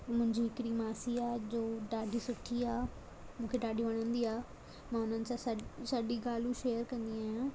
मुंहिंजी हिकिड़ी मासी आहे जो ॾाढी सुठी आहे मूंखे ॾाढी वणंदी आहे मां उन्हनि सां सॼी ॻाल्हियूं शेअर कंदी आहियां